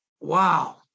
wow